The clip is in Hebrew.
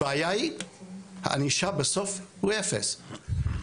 הבעיה היא הענישה בסוף הוא אפס,